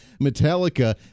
Metallica